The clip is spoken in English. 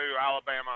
Alabama